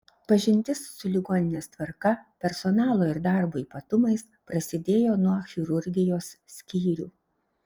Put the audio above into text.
pažintis su ligoninės tvarka personalo ir darbo ypatumais prasidėjo nuo chirurgijos skyrių